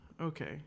Okay